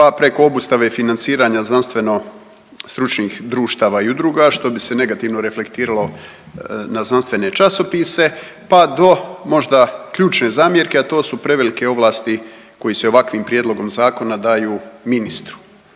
pa preko obustave financiranja znanstveno-stručnih društava i udruga što bi se negativno reflektiralo na znanstvene časopise, pa do možda ključne zamjerke a to su prevelike ovlasti koje se ovakvim prijedlogom zakona daju ministru,